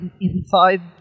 inside